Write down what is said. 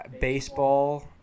baseball